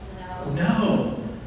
No